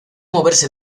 moverse